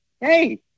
Hey